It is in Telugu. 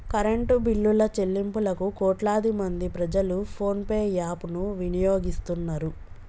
కరెంటు బిల్లుల చెల్లింపులకు కోట్లాది మంది ప్రజలు ఫోన్ పే యాప్ ను వినియోగిస్తున్నరు